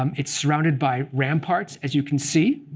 um it's surrounded by ramparts, as you can see,